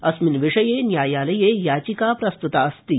अस्मिन् विषये न्यायालये याचिका प्रस्तुतास्ति